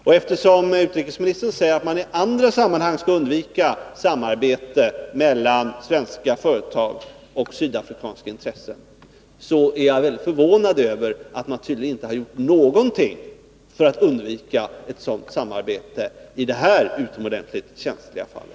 Och eftersom utrikesministern säger att man i andra sammanhang skall undvika samarbete mellan svenska företag och sydafrikanska intressen, är jag mycket förvånad över att man nu tydligen inte har gjort någonting för att undvika ett sådant samarbete i det här utomordentligt känsliga fallet.